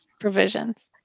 Provisions